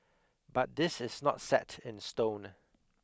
but this is not set in stone